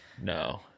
No